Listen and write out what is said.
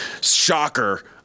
Shocker